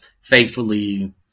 faithfully